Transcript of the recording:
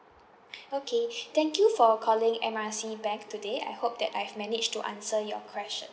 okay thank you for calling M R C bank today I hope that I've managed to answer your questions